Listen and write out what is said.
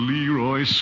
Leroy